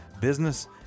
business